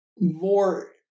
More